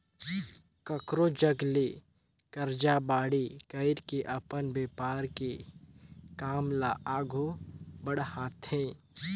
कखरो जघा ले करजा बाड़ही कइर के अपन बेपार के काम ल आघु बड़हाथे